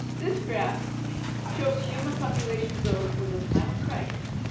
this graph shows human population growth from the time of christ,